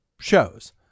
shows